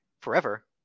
forever